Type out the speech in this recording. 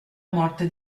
morte